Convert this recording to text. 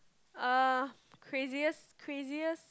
uh craziest craziest